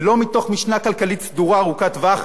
ולא מתוך משנה כלכלית סדורה ארוכת טווח,